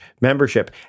membership